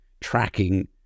tracking